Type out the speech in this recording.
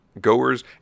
goers